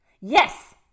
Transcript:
Yes